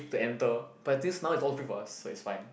to enter but this now is all free for us so it's fine